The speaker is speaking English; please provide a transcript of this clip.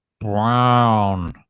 brown